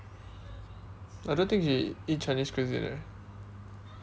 I don't think she eat chinese cuisine eh